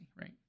right